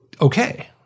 okay